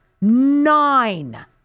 Nine